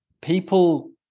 people